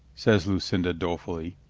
says lucinda dolefully.